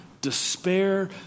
despair